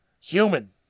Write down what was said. Human